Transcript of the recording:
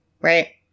right